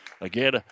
Again